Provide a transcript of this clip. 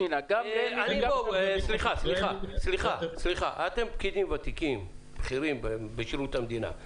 אתם פקידים בכירים בשירות המדינה.